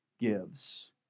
gives